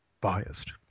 biased